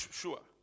sure